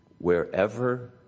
Wherever